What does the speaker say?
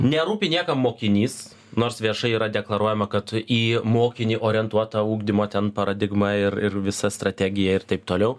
nerūpi niekam mokinys nors viešai yra deklaruojama kad į mokinį orientuota ugdymo ten paradigma ir ir visa strategija ir taip toliau